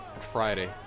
Friday